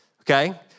Okay